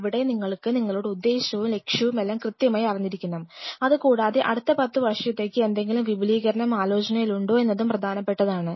ഇവിടെ നിങ്ങൾക്ക് നിങ്ങളുടെ ഉദ്ദേശവും ലക്ഷ്യവും എല്ലാം കൃത്യമായി അറിഞ്ഞിരിക്കണം അതുകൂടാതെ അടുത്ത പത്തു വർഷത്തേക്ക് എന്തെങ്കിലും വിപുലീകരണം ആലോചനയിൽ ഉണ്ടോ എന്നതും പ്രധാനപ്പെട്ടതാണ്